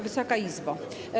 Wysoka Izbo!